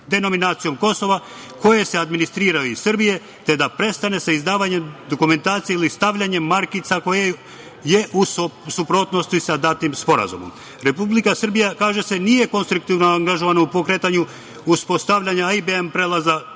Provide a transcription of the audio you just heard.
denominacijom Kosova, koje se administriraju iz Srbije, te da prestane sa izdavanjem dokumentacije ili stavljanjem markica koje su u suprotnosti sa datim sporazumom. Kaže se da Republika Srbija nije konstruktivno angažovana u pokretanju uspostavljanja IBM prelaza